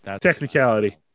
Technicality